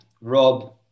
Rob